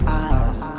eyes